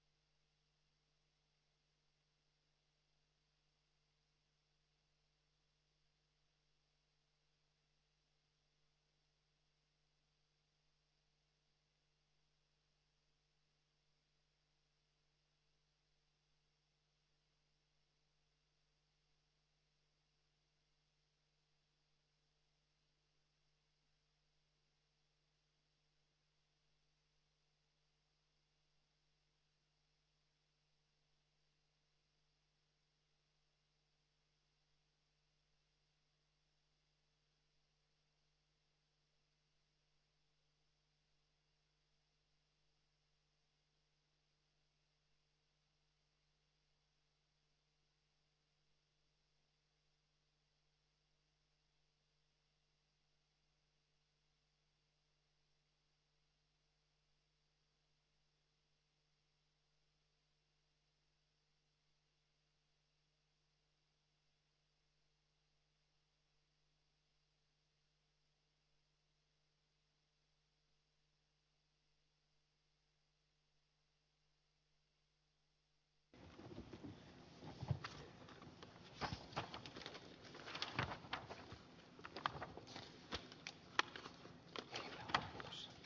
asian käsittely keskeytetään